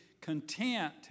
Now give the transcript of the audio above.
content